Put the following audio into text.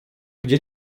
gdzie